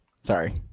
Sorry